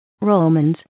Romans